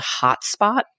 Hotspot